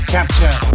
Capture